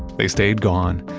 they stayed gone,